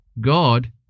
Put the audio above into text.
God